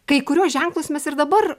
kai kuriuos ženklus mes ir dabar